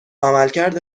عملکرد